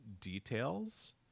details